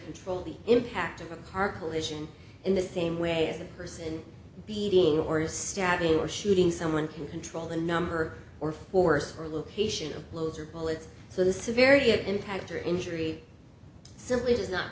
control the impact of a particle asian in the same way as a person beating or a stabbing or shooting someone can control the number or force or location of blows or bullets so the severity of impact or injury simply does not